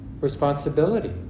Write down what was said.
responsibility